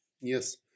Yes